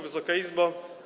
Wysoka Izbo!